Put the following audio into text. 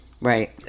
Right